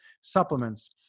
Supplements